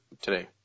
today